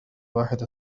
واحدة